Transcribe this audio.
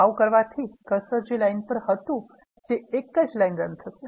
આવુ કરવાથી કર્સર જે લાઇન પર હતુ તે એકજ લાઇન રન થશે